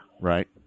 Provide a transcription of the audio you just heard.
Right